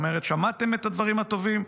אומרת: שמעתם את הדברים הטובים?